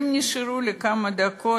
ואם נשארו לי כמה דקות,